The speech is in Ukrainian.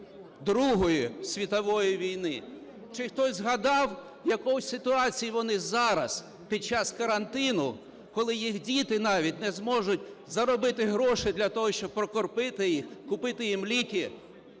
Другої світової війни? Чи хтось згадав, в якій ситуації вони зараз, під час карантину, коли їх діти навіть не зможуть заробити грошей для того, щоб прокормити їх, купити їм ліки